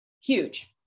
Huge